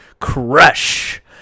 Crush